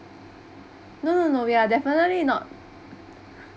no no no we are definitely not